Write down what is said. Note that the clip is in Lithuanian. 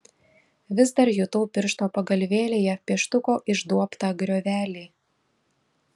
vis dar jutau piršto pagalvėlėje pieštuko išduobtą griovelį